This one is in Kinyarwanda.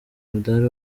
umudari